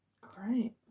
Great